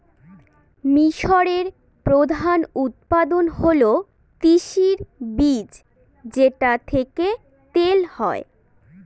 মিশরের প্রধান উৎপাদন হল তিসির বীজ যেটা থেকে তেল হয়